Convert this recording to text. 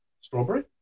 strawberry